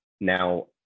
now